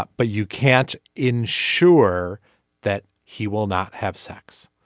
ah but you can't ensure that he will not have sex.